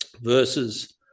Verses